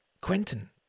Quentin